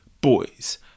boys